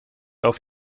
auf